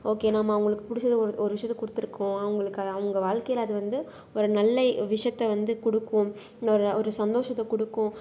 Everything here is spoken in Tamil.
ஓகே நம்ம அவங்களுக்கு பிடிச்சத ஒரு ஒரு விஷயத்த கொடுத்துருக்கோம் அவங்களுக்கு அது அவங்க வாழ்க்கையில் அது வந்து ஒரு நல்ல விஷயத்த வந்து கொடுக்கும் இந்த ஒரு ஒரு சந்தோஷத்தை கொடுக்கும்